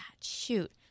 Shoot